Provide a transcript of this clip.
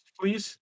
please